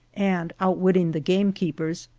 and outwitting the gamekeepers,